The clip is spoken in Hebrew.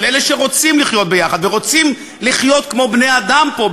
אבל אלה שרוצים לחיות יחד ורוצים לחיות כמו בני-אדם פה,